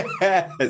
Yes